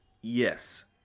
yes